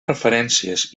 referències